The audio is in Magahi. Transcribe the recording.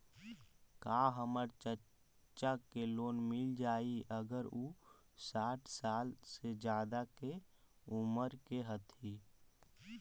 का हमर चाचा के लोन मिल जाई अगर उ साठ साल से ज्यादा के उमर के हथी?